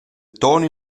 toni